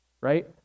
right